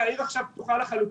והעיר עכשיו פתוחה לחלוטין,